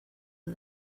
are